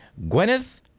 Gwyneth